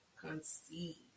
conceive